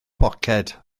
poced